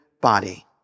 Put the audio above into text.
body